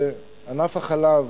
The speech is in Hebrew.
שענף החלב